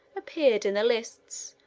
appeared in the lists,